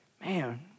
man